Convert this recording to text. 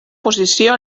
posició